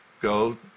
go